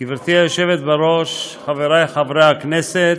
גברתי היושבת-ראש, חברי חברי הכנסת,